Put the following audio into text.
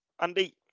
Andy